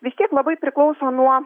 vis tiek labai priklauso nuo